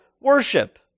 worship